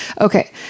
Okay